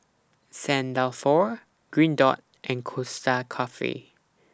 Saint Dalfour Green Dot and Costa Coffee